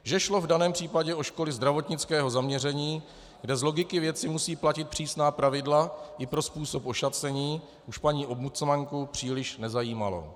Že šlo v daném případě o školy zdravotnického zaměření, kde z logiky věci musí platit přísná pravidla i pro způsob ošacení, už paní ombudsmanku příliš nezajímalo.